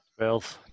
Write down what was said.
12